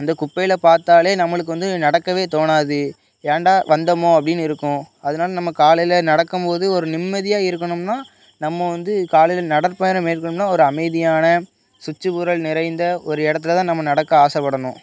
இந்த குப்பையில் பார்த்தாலே நம்மளுக்கு வந்து நடக்கவே தோனாது ஏன்டா வந்தமோ அப்படினு இருக்கும் அதனால நம்ம காலையில் நடக்கும் போது ஒரு நிம்மதியாக இருக்கணும்னா நம்ம வந்து காலையில் நடைற்பயணம் மேற்கொள்ளணும்னா ஒரு அமைதியான சுற்று புறல் நிறைந்த ஒரு இடத்துல தான் நம்ம நடக்க ஆசைப்படணும்